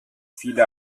viele